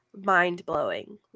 mind-blowing